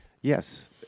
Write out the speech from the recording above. Yes